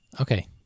Okay